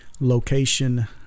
location